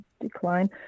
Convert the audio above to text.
Decline